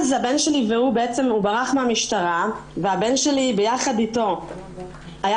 הוא ברח מן המשטרה והבן שלי ביחד איתו היה